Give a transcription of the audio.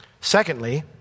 Secondly